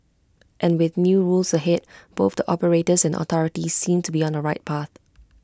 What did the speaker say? and with new rules ahead both the operators and authorities seem to be on the right path